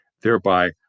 thereby